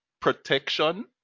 protection